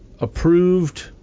approved